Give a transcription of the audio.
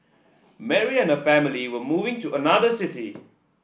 Mary and her family were moving to another city